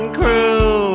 crew